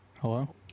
Hello